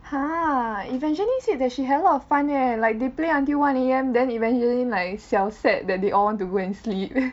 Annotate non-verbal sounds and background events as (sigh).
!huh! Evangeline said that she had a lot of fun leh like they play until one A_M then Evangeline like 小 sad that they all want to go and sleep (noise)